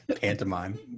pantomime